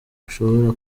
ushobora